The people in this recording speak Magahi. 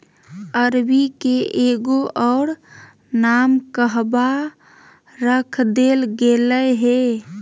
अरबी के एगो और नाम कहवा रख देल गेलय हें